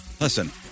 Listen